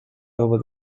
over